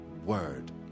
word